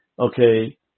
okay